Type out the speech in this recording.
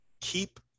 keep